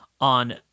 on